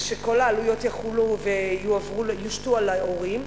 זה שכל העלויות יחולו ויושתו על ההורים.